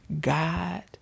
God